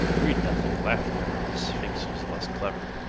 read nothing, laugh never the sphinx was less clever!